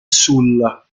sulla